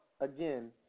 again